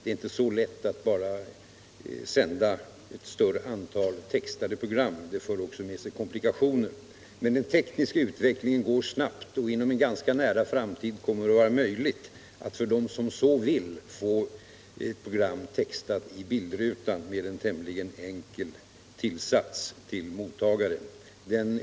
Det är inte löst bara genom att sända ett större antal textade program. Det för med sig komplikationer. Den tekniska utvecklingen går emellertid snabbt. Inom en ganska nära framtid kommer det att vara möjligt att för dem som så vill få ett program textat i bildrutan med en tämligen enkel tillsats till mottagaren.